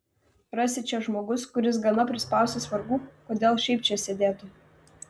rasi čia žmogus kuris gana prispaustas vargų kodėl šiaip čia sėdėtų